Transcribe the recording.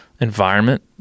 environment